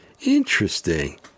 interesting